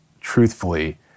truthfully